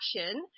Action